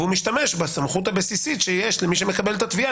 והוא משתמש בסמכות הבסיסית שיש למי שמקבל את התביעה